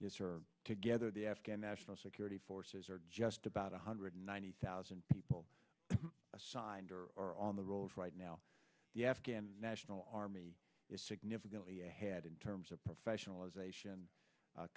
yes or together the afghan national security forces are just about one hundred ninety thousand people assigned or are on the road right now the afghan national army is significantly ahead in terms of professional